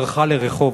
ברחה לרחובות.